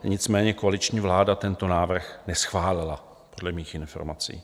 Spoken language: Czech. Nicméně koaliční vláda tento návrh neschválila dle mých informací.